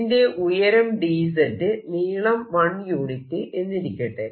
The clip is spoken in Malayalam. ഇതിന്റെ ഉയരം dz നീളം 1 യൂണിറ്റ് എന്നിരിക്കട്ടെ